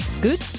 Good